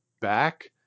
back